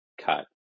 cut